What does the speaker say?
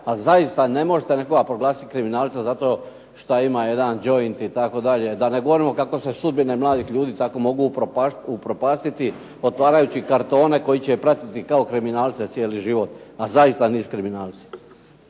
zaista ne možete nekoga proglasiti kriminalcem zato što ima jedan joint itd., da ne govorimo kako se sudbine mladih ljudi tako mogu upropastiti otvarajući kartone koji će ih pratiti kao kriminalce cijeli život, a zaista nisu kriminalci.